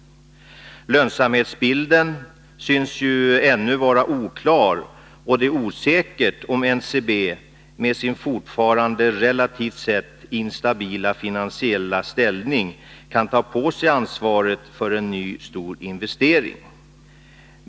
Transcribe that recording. Lönsamhetsbilden synes ännu vara oklar, och det är osäkert om NCB, med sin, relativt sett, instabila finansiella ställning kan ta på sig ansvaret för en ny stor investering.